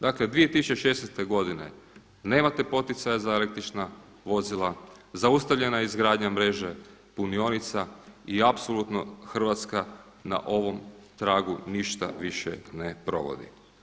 Dakle 2016. godine nemate poticaja za električna vozila, zaustavljena je izgradnja mreže punionica i apsolutno Hrvatska na ovom tragu ništa više ne provodi.